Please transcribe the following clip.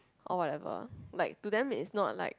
or whatever like to them it's not like